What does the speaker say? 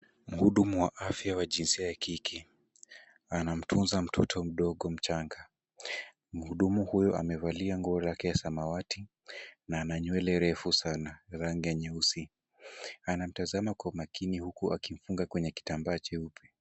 Mhudumu wa afya wa jinsia ya kike anamtunza mtoto mdogo mchanga. Mhudumu huyu amevalia nguo yake ya samawati na ana nywele refu sana rangi ya nyeusi. Anamtazama kwa umakini huku akimfunga kwenye kitambaa cheupe.